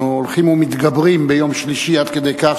אנחנו הולכים ומתגברים ביום שלישי עד כדי כך,